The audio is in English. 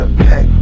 pack